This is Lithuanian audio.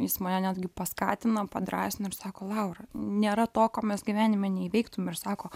jis mane netgi paskatina padrąsina ir sako laura nėra to ko mes gyvenime neįveiktume ir sako